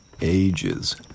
ages